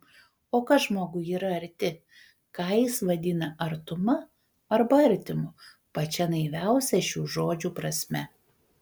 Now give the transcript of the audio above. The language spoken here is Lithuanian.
o kas žmogui yra arti ką jis vadina artuma arba artimu pačia naiviausia šių žodžių prasme